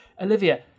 Olivia